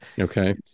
Okay